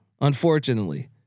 Unfortunately